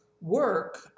work